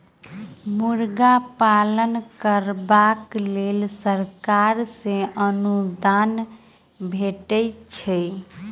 मुर्गा पालन करबाक लेल सरकार सॅ अनुदान भेटैत छै